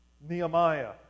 Nehemiah